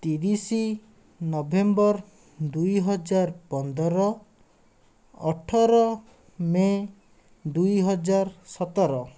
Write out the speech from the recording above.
ତିରିଶ ନଭେମ୍ବର ଦୁଇହଜାର ପନ୍ଦର ଅଠର ମେ ଦୁଇହଜାର ସତର